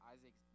Isaac